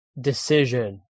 decision